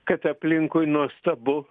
kad aplinkui nuostabu